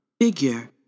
figure